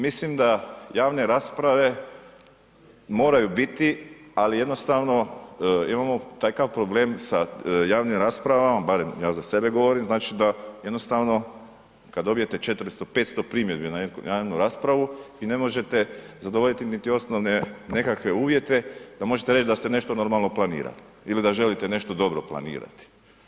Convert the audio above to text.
Mislim da javne rasprave moraju biti, ali jednostavno imamo takav problem sa javnim raspravama, barem ja za sebe govorim, znači, da jednostavno kad dobijete 400, 500 primjedbi na jednu raspravu i ne možete zadovoljiti niti osnovne nekakve uvjete da možete reći da ste nešto normalno planirali ili da želite nešto dobro planirati.